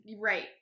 Right